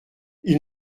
ils